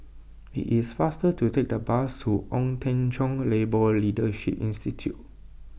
it is faster to take the bus to Ong Teng Cheong Labour Leadership Institute